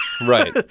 Right